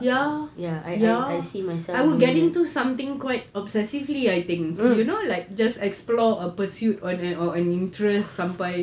ya ya I would get into something quite obsessively I think you know like just explore or pursue or an interest sampai